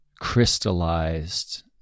crystallized